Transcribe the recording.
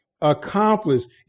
accomplished